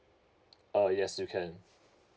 uh yes you can